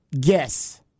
guess